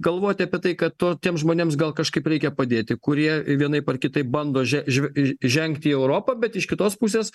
galvoti apie tai kad to tiems žmonėms gal kažkaip reikia padėti kurie vienaip ar kitaip bando že že žengti į europą bet iš kitos pusės